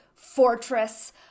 fortress